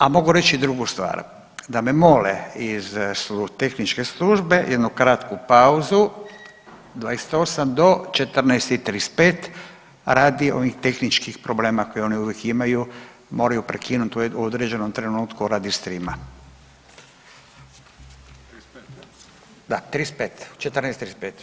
A mogu reći i drugu stvar da me mole iz tehničke službe jednu tehničku pauzu 28 do 14 i 35 radi onih tehničkih problema koje oni uvijek imaju, moraju prekinuti u određenom trenutku radi streama … [[Upadica: Ne razumije se.]] da, 35, 14,35.